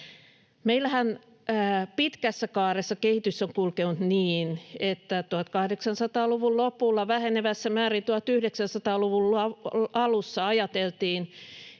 Meillähän pitkässä kaaressa kehitys on kulkenut niin, että 1800-luvun lopulla, vähenevässä määrin 1900-luvun alussa, ajateltiin,